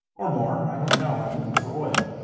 or more. i don't know. i'm looking for oil.